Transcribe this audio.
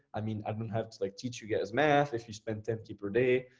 i mean, i don't have to like teach you guys math, if you spend ten k per day,